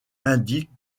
indiquent